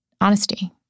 honesty